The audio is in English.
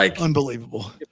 unbelievable